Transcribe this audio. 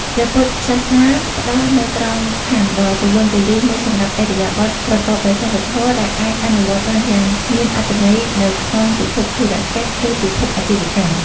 ព្រះពុទ្ធសាសនាផ្តល់នូវក្របខណ្ឌដ៏ទូលំទូលាយមួយសម្រាប់ឥរិយាបទប្រកបដោយសីលធម៌ ដែលអាចអនុវត្តបានយ៉ាងមានអត្ថន័យនៅក្នុងពិភពធុរកិច្ច ឬពិភពអាជីវកម្ម។